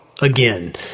Again